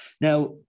Now